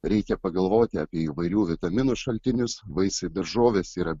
reikia pagalvoti apie įvairių vitaminų šaltinius vaisiai daržovės yra